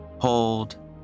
Hold